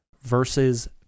versus